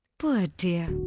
poor dear,